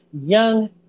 young